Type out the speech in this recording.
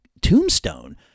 tombstone